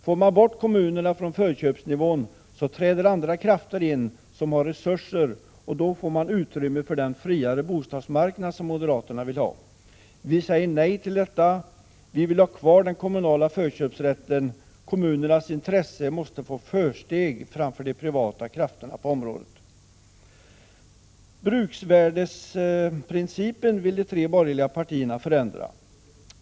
Får man bort kommunerna från förköpsnivån träder andra krafter in som har resurser, och då får man utrymme för den friare bostadsmarknad som moderaterna vill ha. Vi säger nej till detta. Vi vill ha kvar den kommunala förköpsrätten. Kommunernas intressen måste få försteg framför de privata krafterna på området. Bruksvärdesprincipen vill de tre borgerliga partierna förändra.